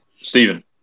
Stephen